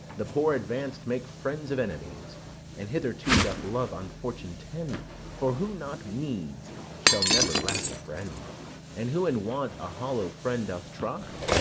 the poor advanc'd makes friends of enemies and hitherto doth love on fortune tend for who not needs shall never lack a friend and who in want a hollow friend doth try,